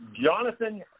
Jonathan